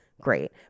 Great